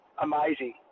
amazing